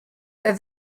that